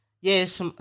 Yes